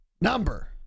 number